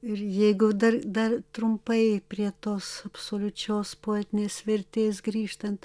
ir jeigu dar dar trumpai prie tos absoliučios poetinės vertės grįžtant